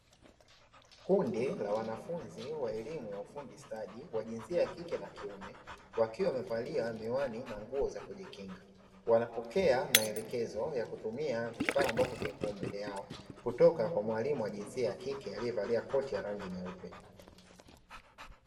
Kundi la wanafunzi wa elimu ya ufundi stadi, wa jinsia ya kike na kiume, wakiwa wamevalia miwani na nguo za kujikinga. Wanapokea maelekezo ya kutumia vifaa ambavyo vipo mbele yao kutoka kwa mwalimu wa jinsia ya kike aliyevalia koti la rangi nyeupe.